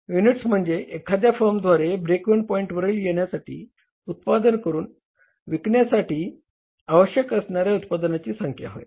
units म्हणजे एखाद्या फर्मद्वारे ब्रेक इव्हन पॉईंटवर येण्यासाठी उत्पादन करून विकण्यासाठी आवश्यक असणाऱ्या उत्पादनाची संख्या होय